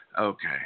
Okay